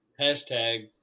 Hashtag